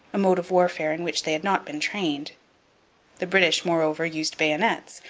a mode of warfare in which they had not been trained the british, moreover, used bayonets,